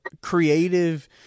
creative